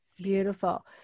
Beautiful